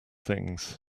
things